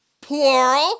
Plural